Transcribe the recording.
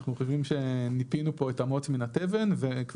אנחנו חושבים שניפינו פה את המוץ מן התבן וכבר